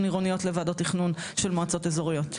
עירוניות לוועדות תכנון של מועצות אזוריות.